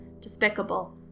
despicable